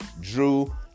Drew